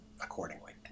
accordingly